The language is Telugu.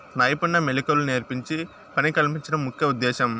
నైపుణ్య మెళకువలు నేర్పించి పని కల్పించడం ముఖ్య ఉద్దేశ్యం